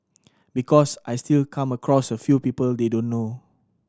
because I still come across a few people they don't know